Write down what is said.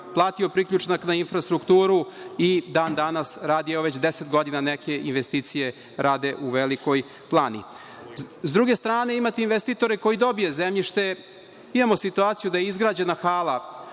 platio priključak na infrastrukturu i dan-danas radi, evo, već deset godina, neke investicije u Velikoj Plani.S druge strane, imate investitora koji dobije zemljište, imamo situaciju da je izgrađena hala